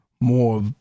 more